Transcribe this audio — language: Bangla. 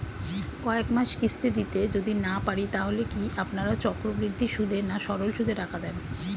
কয়েক মাস কিস্তি দিতে যদি না পারি তাহলে কি আপনারা চক্রবৃদ্ধি সুদে না সরল সুদে টাকা দেন?